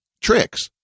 tricks